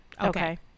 okay